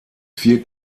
vier